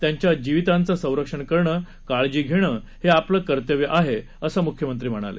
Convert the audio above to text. त्यांच्या जीविताचं संरक्षण करणं काळजी घेणं आपलं कर्तव्य आहे असं मुख्यमंत्री म्हणाले